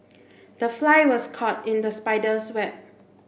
the fly was caught in the spider's web